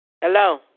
Hello